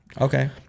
Okay